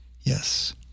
Yes